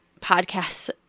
podcasts